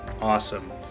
awesome